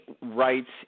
rights